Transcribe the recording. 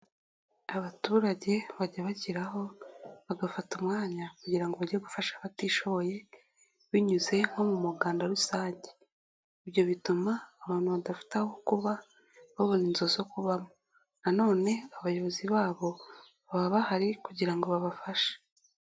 Abaturage bajya bashyiraho bagafata umwanya kugira bajye gufasha abatishoboye binyuze nko mu muganda rusange, ibyo bituma abantu badafite aho kuba babona inzo zo kubamo, nanone abayobozi babo baba bahari kugira ngo babafashe.